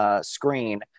screen